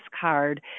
card